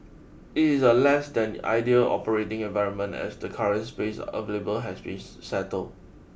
it is a less than ideal operating environment as the current space available has been settle